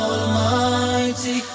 Almighty